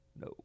No